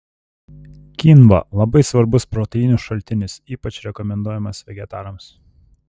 kynva labai svarbus proteinų šaltinis ypač rekomenduojamas vegetarams